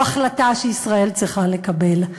זו החלטה שישראל צריכה לקבל.